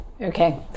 Okay